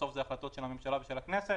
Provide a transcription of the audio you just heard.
בסוף זה החלטות של הממשלה ושל הכנסת,